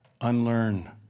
Unlearn